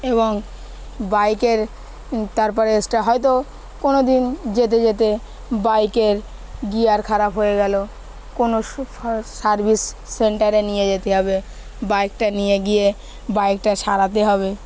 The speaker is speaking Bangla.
এবং বাইকের তারপরে এক্সটা হয়তো কোনো দিন যেতে যেতে বাইকের গিয়ার খারাপ হয়ে গেলো কোনো সার্ভিস সেন্টারে নিয়ে যেতে হবে বাইকটা নিয়ে গিয়ে বাইকটা সারাতে হবে